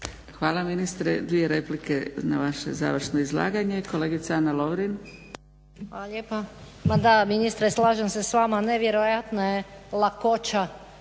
Hvala ministre. Dvije replike na vaše završno izlaganje. Kolegica Ana Lovrin. **Lovrin, Ana (HDZ)** Hvala lijepa. Ma da ministre slažem se s vama, nevjerojatna je lakoća